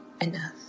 enough